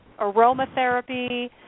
aromatherapy